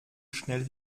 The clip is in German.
schnell